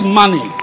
money